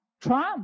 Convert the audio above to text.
Trump